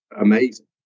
amazing